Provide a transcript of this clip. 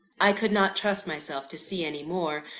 i could not trust myself to see any more,